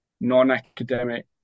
non-academic